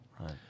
Right